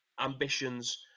ambitions